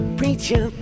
preacher